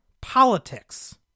politics